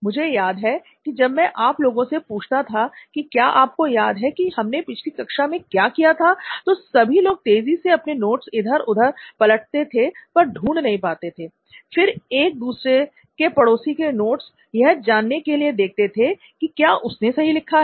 मुझे याद है कि जब मैं आप लोगों से पूछता था कि क्या आपको याद है कि हमने पिछली कक्षा में क्या किया था तो सभी लोग तेजी से अपने नोट्स इधर उधर पलटते थे पर ढूंढ नहीं पाते थे फिर एक दूसरे के पड़ोसी के नोट्स यह जाने के लिए देखते थे कि क्या उसने सही लिखा है